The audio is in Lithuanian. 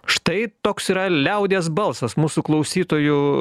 štai toks yra liaudies balsas mūsų klausytojų